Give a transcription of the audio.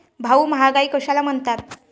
भाऊ, महागाई कशाला म्हणतात?